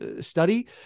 study